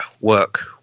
work